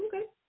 Okay